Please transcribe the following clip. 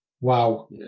Wow